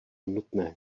nutné